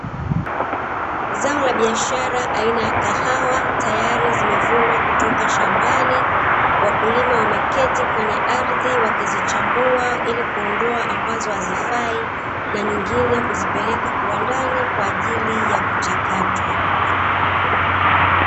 Zao la biashara aina ya kahawa tayari zimevunwa kutoka shambani, wakulima wameketi kwenye ardhi wakizichambua ili kuondoa ambazo hazifai, na nyingine kuzipeleka kiwandani kwa ajili ya kuchakatwa.